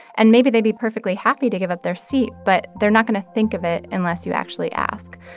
and maybe they'd be perfectly happy to give up their seat, but they're not going to think of it unless you actually ask.